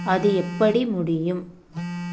அது எப்படி முடியும்